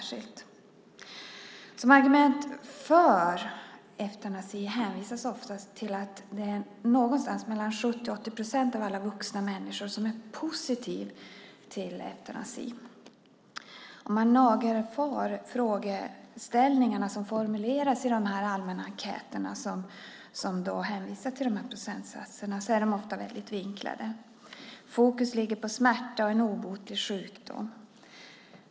Som argument för eutanasi hänvisas oftast till att det är något mellan 70 och 80 procent av alla vuxna människor som är positiva till eutanasi. Om man nagelfar frågeställningarna som formuleras i de allmänna enkäterna som hänvisar till de här procentsatserna ser man att de ofta är väldigt vinklade. Fokus ligger på smärta och en obotlig sjukdom.